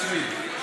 רויטל סויד.